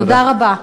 תודה רבה.